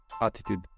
attitude